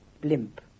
blimp